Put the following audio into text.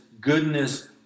goodness